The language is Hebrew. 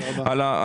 תודה רבה.